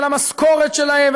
למשכורת שלהם,